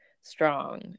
strong